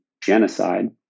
genocide